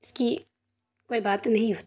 اس کی کوئی بات نہیں ہو